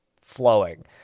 flowing